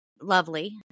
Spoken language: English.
lovely